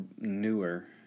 newer